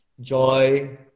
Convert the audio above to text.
Joy